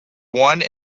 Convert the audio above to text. one